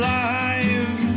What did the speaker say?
Alive